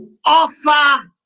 offer